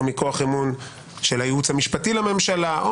או מכוח אמון של הייעוץ המשפטי לממשלה,